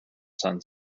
sun